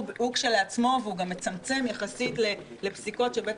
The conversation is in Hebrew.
והיא גם מצמצמת יחסית לפסיקות שבית